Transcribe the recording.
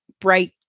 bright